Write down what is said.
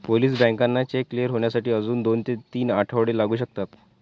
Polish बँकांना cheque clear होण्यासाठी अजून दोन ते तीन आठवडे लागू शकतात